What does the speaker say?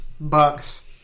Bucks